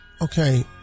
Okay